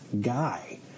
guy